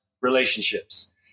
relationships